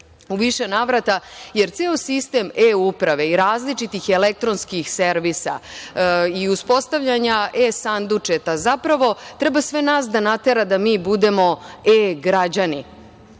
više navrata, jer ceo sistem e-uprave i različitih elektronskih servisa i uspostavljanja e-sandučeta, zapravo treba sve nas da natera da mi budemo e-građani,